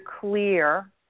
clear